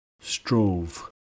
Strove